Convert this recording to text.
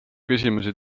küsimusi